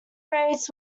rates